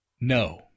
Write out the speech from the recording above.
No